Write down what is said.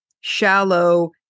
shallow